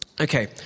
okay